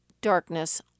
darkness